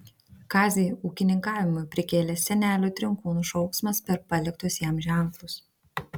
kazį ūkininkavimui prikėlė senelių trinkūnų šauksmas per paliktus jam ženklus